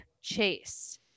chase